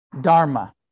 dharma